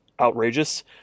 outrageous